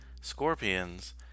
Scorpions